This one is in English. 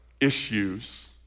issues